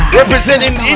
representing